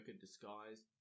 disguised